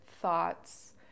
thoughts